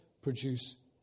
produce